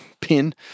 pin